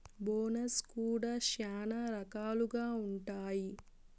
bonus కూడా శ్యానా రకాలుగా ఉంటాయి